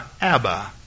Abba